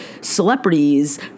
celebrities –